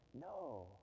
No